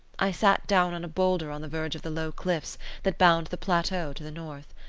i sat down on a boulder on the verge of the low cliffs that bound the plateau to the north.